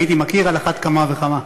ואם הייתי מכיר על אחת כמה וכמה.